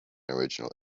original